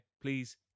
please